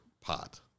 pot